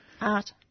art